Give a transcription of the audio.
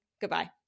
Goodbye